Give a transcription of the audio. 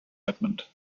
edmund